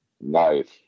nice